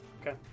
Okay